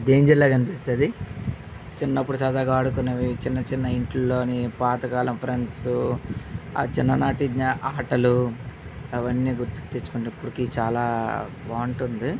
డేంజర్లాగా అనిపిస్తుంది చిన్నప్పుడు సరదాగా ఆడుకునేటివి చిన్న చిన్న ఇంట్లో పాతకాలం ఫ్రెండ్స్ ఆ చిన్ననాటి ఆటలు అవన్నీ గుర్తుకు తెచ్చుకున్నప్పటికీ చాలా బాగుంటుంది